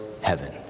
heaven